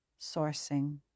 sourcing